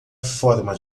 forma